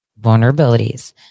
vulnerabilities